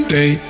Day